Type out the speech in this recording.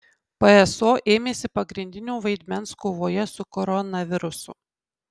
pso ėmėsi pagrindinio vaidmens kovoje su koronavirusu